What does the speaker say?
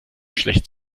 schlecht